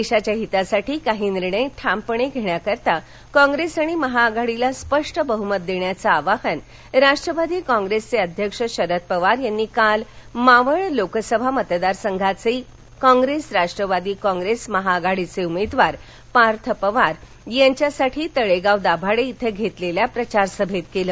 देशाच्या हितासाठी काही निर्णय ठामपणे घेण्याकरता काँग्रेस आणि महाआघाडीला स्पष्ट बहुमत देण्याचं आवाहन राष्ट्रवादी काँग्रेसचे अध्यक्ष शरद पवार यांनी काल मावळ लोकसभा मतदारसंघाचे काँग्रेस राष्ट्रवादी काँग्रेस महाआघाडीचे उमेदवार पार्थ पवार यांच्यासाठी तळेगाव दाभाडे इथं घेतलेल्या प्रचारसभेत केलं